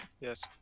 yes